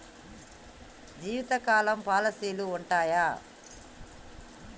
జీవితకాలం పాలసీలు ఉంటయా?